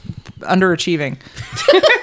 underachieving